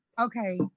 Okay